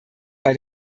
bei